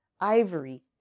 ivory